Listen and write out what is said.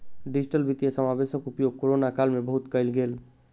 digital वित्तीय समावेशक उपयोग कोरोना काल में बहुत कयल गेल